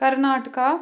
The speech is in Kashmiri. کَرناٹکا